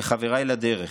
לחבריי לדרך,